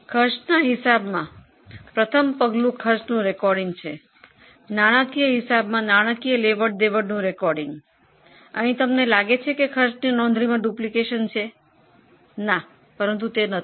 પડતર હિસાબીકરણમાં પ્રથમ ખર્ચની નોંધણી કરવામાં આવે છે નાણાકીય હિસાબી પદ્ધતિમાં નાણાકીય વ્યવહારની નોંધણી કરવામાં આવે છે અહીં તમને ખર્ચની નોંધણી ડુપ્લિકેટ લાગશે પરંતુ તેમ નથી